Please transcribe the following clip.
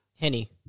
Henny